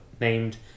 named